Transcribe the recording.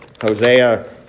Hosea